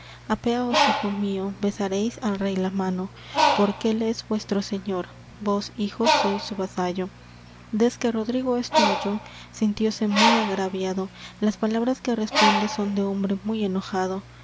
apeaos hijo mío besaréis al rey la mano porquél es vuestro señor vos hijo sois su vasallo desque rodrigo esto oyó sintióse muy agraviado las palabras que responde son de hombre muy enojado